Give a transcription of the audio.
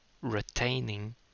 retaining